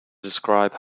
describe